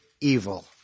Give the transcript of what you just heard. evil